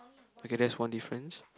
okay that's one difference